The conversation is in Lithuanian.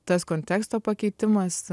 tas konteksto pakeitimas